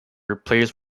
replaced